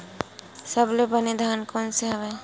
सबले बने धान कोन से हवय?